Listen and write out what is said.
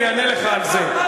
אני אענה לך על זה.